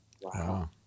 Wow